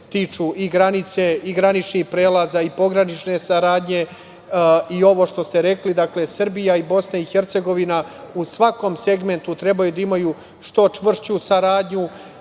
tiču granice i graničnih prelaza i pogranične saradnje. Ovo što ste rekli, dakle, Srbija i BiH u svakom segmentu trebaju da imaju što čvršću saradnju